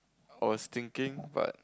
I was thinking but